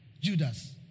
Judas